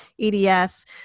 EDS